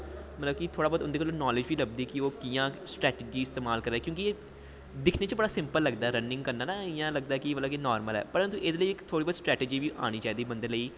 मतलब कि थोह्ड़ी बौह्त उं'दे कोला दा नॉलेज़ बी लब्भदी कि कि'यां ओह् स्ट्रैटजी इस्तेमाल करा दे क्योंकि दिक्खने च बड़ा सिंपल लगदा ऐ रनिंग करना ना इ'यां लगदा ऐ कि नॉर्मल ऐ परंतु एह्दे लेई इक थोह्ड़ी वौह्त स्ट्रैटजी बी आनी चाहिदी बंदे लेई